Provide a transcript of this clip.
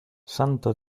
santo